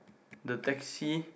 the taxi